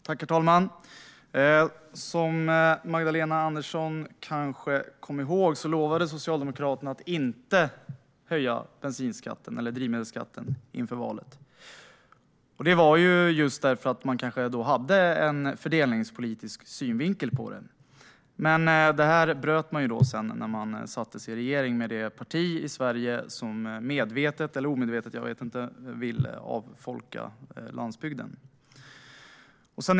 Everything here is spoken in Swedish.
Herr talman! Som Magdalena Andersson kanske kommer ihåg lovade Socialdemokraterna inför valet att inte höja drivmedelsskatten - kanske därför att man då hade en fördelningspolitisk synvinkel på detta. Men det här bröt man sedan när man satte sig i regering med det parti i Sverige som - medvetet eller omedvetet; jag vet inte - vill avfolka landsbygden.